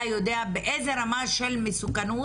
היה יודע מאיזה רמה של מסוכנות,